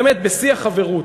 באמת בשיא החברות,